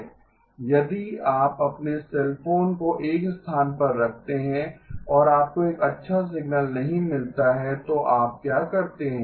यदि आप अपने सेल फोन को एक स्थान पर रखते हैं और आपको एक अच्छा सिग्नल नहीं मिलता है तो आप क्या करते हैं